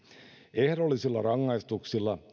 ehdollisilla rangaistuksilla